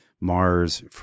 Mars